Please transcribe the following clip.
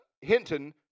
Hinton